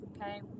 okay